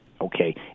okay